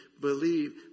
believe